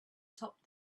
topped